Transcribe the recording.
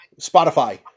Spotify